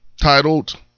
titled